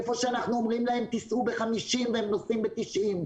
איפה שאנחנו אומרים 'תסעו ב-50 קמ"ש' ונוסעים ב-90 קמ"ש.